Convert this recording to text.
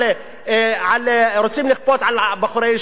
רוצים לכפות על בחורי הישיבה,